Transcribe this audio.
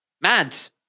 Mads